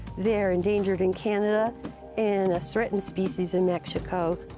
they're endangered in canada and a threatened species in mexico,